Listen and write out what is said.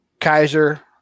Kaiser